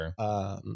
sure